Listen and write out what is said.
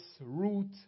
root